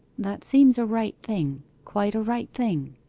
that seems a right thing quite a right thing